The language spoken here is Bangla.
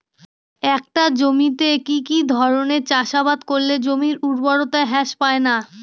একটা জমিতে কি কি ধরনের চাষাবাদ করলে জমির উর্বরতা হ্রাস পায়না?